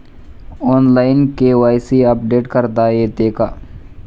Online KYC update करता येते का?